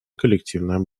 коллективное